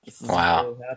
Wow